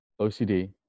ocd